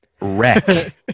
Wreck